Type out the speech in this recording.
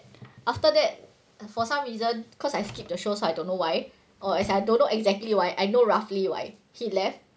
after that for some reasons cause I skipped the show so I don't know why or as I don't know exactly why I know roughly why he left